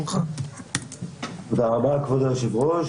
תודה רבה, כבוד היושב-ראש.